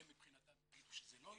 הם מבחינתם יגידו שזה לא יהודי,